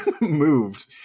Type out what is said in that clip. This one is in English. moved